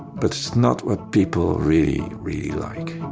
but it's not what people really, really like